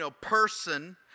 person